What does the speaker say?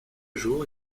jour